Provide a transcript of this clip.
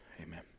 Amen